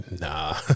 Nah